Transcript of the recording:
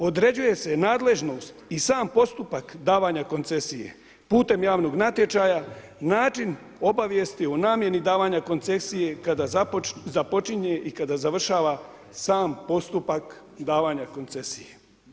Određuje se nadležnost i sam postupak davanja koncesije putem javnog natječaja i način obavijesti u namjeni davanja koncesije kada započinje i kada završava sam postupak davanja koncesije.